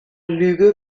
lüge